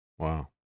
Wow